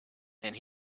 and